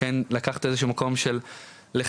לקחת איזה שהוא מקום של לחבר,